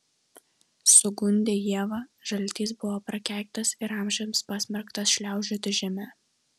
sugundę ievą žaltys buvo prakeiktas ir amžiams pasmerktas šliaužioti žeme